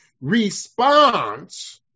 response